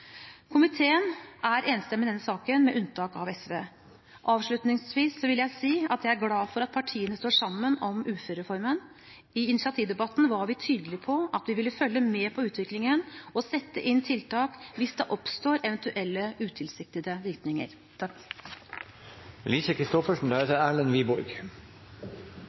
Komiteen er enstemmig i denne saken med unntak av SV. Avslutningsvis vil jeg si at jeg er glad for at partiene står sammen om uførereformen. I initiativdebatten var vi tydelige på at vi ville følge med på utviklingen og sette inn tiltak hvis det oppstår eventuelle utilsiktede virkninger.